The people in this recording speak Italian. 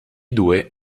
due